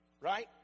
right